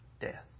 death